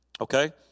Okay